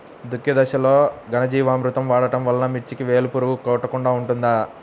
దుక్కి దశలో ఘనజీవామృతం వాడటం వలన మిర్చికి వేలు పురుగు కొట్టకుండా ఉంటుంది?